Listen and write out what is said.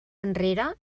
enrere